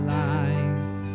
life